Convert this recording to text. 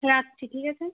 রাখছি ঠিক আছে